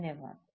धन्यवाद